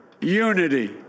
unity